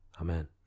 Amen